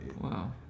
Wow